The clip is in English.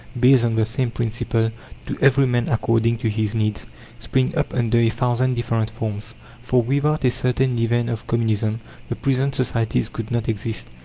based on the same principle to every man according to his needs spring up under a thousand different forms for without a certain leaven of communism the present societies could not exist.